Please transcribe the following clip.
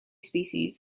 species